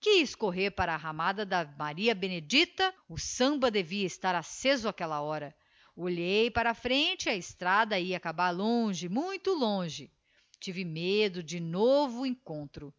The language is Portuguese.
quiz correr para a ramada da maria benedicta o samba devia estar acceso áqueila hora olhei para a frente e a estrada ia acabar longe muito longe tive medo de novo encontro